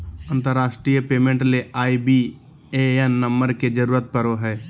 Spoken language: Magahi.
अंतरराष्ट्रीय पेमेंट ले आई.बी.ए.एन नम्बर के जरूरत पड़ो हय